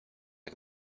jak